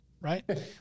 Right